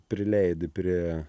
prileidi prie